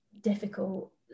difficult